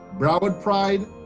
broward pride